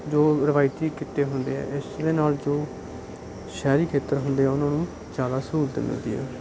ਜੋ ਰਿਵਾਇਤੀ ਕਿੱਤੇ ਹੁੰਦੇ ਹੈ ਇਸ ਦੇ ਨਾਲ ਜੋ ਸ਼ਹਿਰੀ ਖੇਤਰ ਹੁੰਦੇ ਆ ਉਨ੍ਹਾਂ ਨੂੰ ਜ਼ਿਆਦਾ ਸਹੂਲਤ ਮਿਲਦੀ ਹੈ